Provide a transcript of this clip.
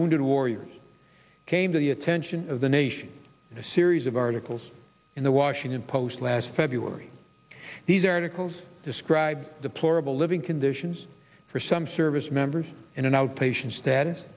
wounded warriors came to the attention of the nation in a series of articles in the washington post last february these articles describe deplorable living conditions for some service members in an outpatient status